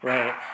Right